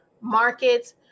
markets